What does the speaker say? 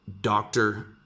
doctor